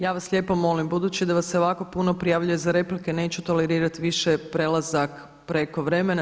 Ja vas lijepo molim, budući da vas se ovako puno prijavljuje za replike neću tolerirat više prelazak preko vremena.